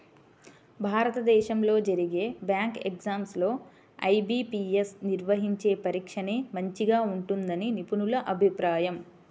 భారతదేశంలో జరిగే bank exams లో ఐ.బీ.పీ.యస్ నిర్వహించే పరీక్షనే మంచిగా ఉంటుందని నిపుణుల అభిప్రాయం